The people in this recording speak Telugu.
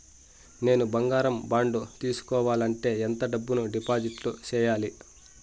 నేను బంగారం బాండు తీసుకోవాలంటే ఎంత డబ్బును డిపాజిట్లు సేయాలి?